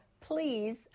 please